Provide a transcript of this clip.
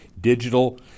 digital